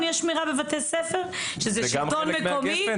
שקשורה לשלטון המקומי,